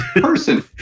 person